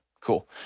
Cool